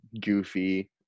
goofy